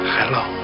hello